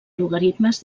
logaritmes